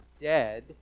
dead